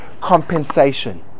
compensation